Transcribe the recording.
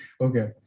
Okay